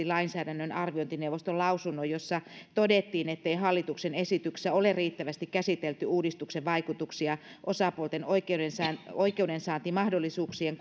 lainsäädännön arviointineuvoston lausunnon jossa todettiin ettei hallituksen esityksessä ole riittävästi käsitelty uudistuksen vaikutuksia osapuolten oikeudensaantimahdollisuuksien